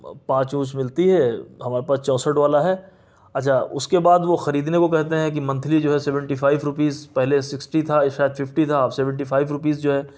پانچ یوز ملتی ہے ہمارے پاس چونسٹھ والا ہے اچھا اس کے بعد وہ خریدنے کو کہتے ہیں کہ منتھلی جو ہے سیونٹی فائیو روپیز پہلے سکسٹی تھا شاید ففٹی تھا اب سیونٹی فائیو روپیز جو ہے